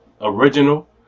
original